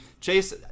Chase